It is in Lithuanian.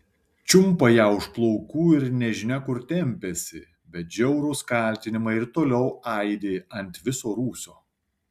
čiumpa ją už plaukų ir nežinia kur tempiasi bet žiaurūs kaltinimai ir toliau aidi ant viso rūsio